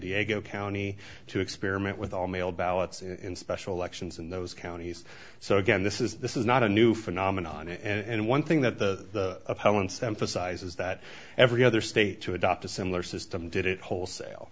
diego county to experiment with all mail ballots in special elections in those counties so again this is this is not a new phenomenon and one thing that the appellant's them for size is that every other state to adopt a similar system did it wholesale